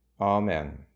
Amen